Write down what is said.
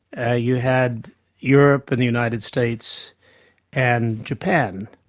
ah you had europe and the united states and japan,